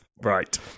Right